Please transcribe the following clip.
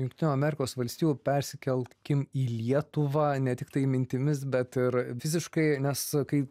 jungtinių amerikos valstijų persikelkim į lietuvą ne tiktai mintimis bet ir fiziškai nes kai